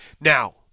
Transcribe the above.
Now